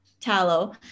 tallow